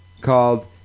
called